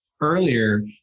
earlier